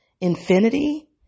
infinity